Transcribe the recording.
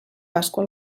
pasqua